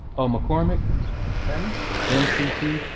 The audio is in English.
um mccormick m m c c